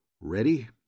Ready